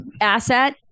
Asset